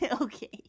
Okay